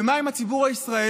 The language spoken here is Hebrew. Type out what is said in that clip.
ומה עם הציבור הישראלי?